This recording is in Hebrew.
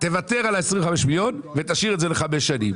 תוותר על ה-25 מיליון ₪ ותשאיר את זה לחמש שנים.